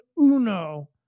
Uno